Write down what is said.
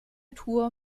tour